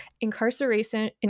Incarceration